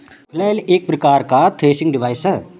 flail एक प्रकार का थ्रेसिंग डिवाइस है